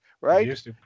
right